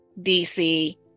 dc